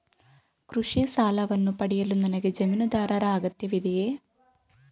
ಕೃಷಿ ಸಾಲವನ್ನು ಪಡೆಯಲು ನನಗೆ ಜಮೀನುದಾರರ ಅಗತ್ಯವಿದೆಯೇ?